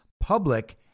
Public